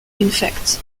infect